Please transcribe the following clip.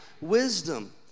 wisdom